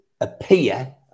appear